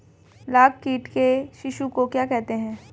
लाख कीट के शिशु को क्या कहते हैं?